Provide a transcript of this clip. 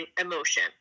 emotion